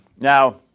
Now